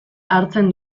hartzen